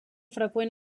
freqüent